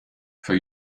für